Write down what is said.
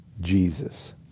Jesus